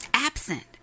absent